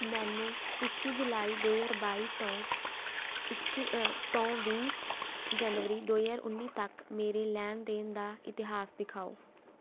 ਮੈਨੂੰ ਇੱਕੀ ਜੁਲਾਈ ਦੋ ਹਜ਼ਾਰ ਬਾਈ ਤੋਂ ਇੱਕੀ ਤੋਂ ਵੀਹ ਜਨਵਰੀ ਦੋ ਹਜ਼ਾਰ ਉੱਨੀ ਤੱਕ ਮੇਰੇ ਲੈਣ ਦੇਣ ਦਾ ਇਤਿਹਾਸ ਦਿਖਾਓ